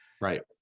Right